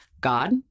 god